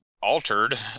altered